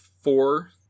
four